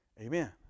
Amen